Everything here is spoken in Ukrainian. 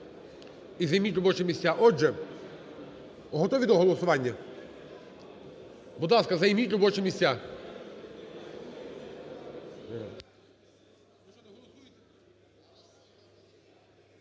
і займіть робочі місця. Отже, готові до голосування? Будь ласка, займіть робочі місця.